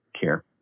care